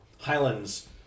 Highlands